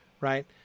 right